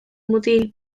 mutil